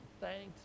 thanks